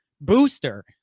booster